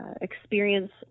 experience